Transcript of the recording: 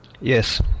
Yes